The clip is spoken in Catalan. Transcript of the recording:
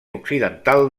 occidental